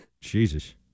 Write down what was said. Jesus